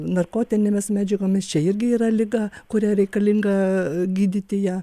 narkotinėmis medžiagomis čia irgi yra liga kurią reikalinga gydyti ją